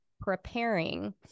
preparing